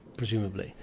presumably.